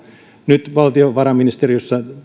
nyt valtiovarainministeriössä